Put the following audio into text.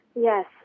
Yes